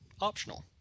optional